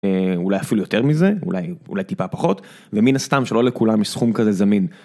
אולי אפילו יותר מזה אולי אולי טיפה פחות ומן הסתם שלא לכולם יש סכום כזה זמין.